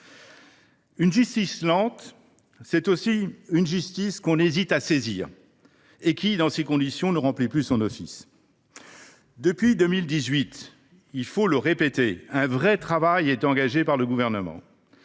Une justice lente, c’est aussi une justice que l’on hésite à saisir et qui, dans ces conditions, ne remplit plus son office. Depuis 2018, il faut le répéter, un véritable travail est engagé par le Gouvernement.